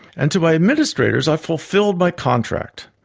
and to my administrators i fulfilled my contract.